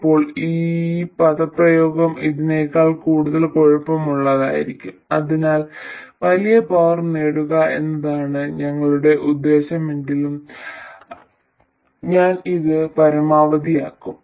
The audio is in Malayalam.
ഇപ്പോൾ ഈ പദപ്രയോഗം ഇതിനെക്കാൾ കൂടുതൽ കുഴപ്പമുള്ളതായിരിക്കും അതിനാൽ വലിയ പവർ നേടുക എന്നതാണ് ഞങ്ങളുടെ ഉദ്ദേശമെങ്കിലും ഞാൻ ഇത് പരമാവധിയാക്കും